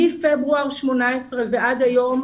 מפברואר 2018 ועד היום,